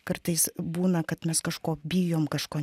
kartais būna kad mes kažko bijom kažko